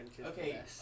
Okay